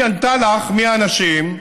היא ענתה לך מי האנשים,